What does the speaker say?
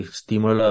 stimola